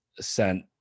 sent